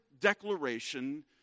declaration